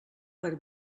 per